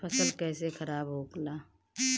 फसल कैसे खाराब होला?